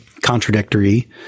contradictory